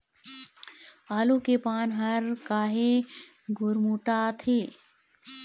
आलू के पान हर काहे गुरमुटाथे?